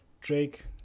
drake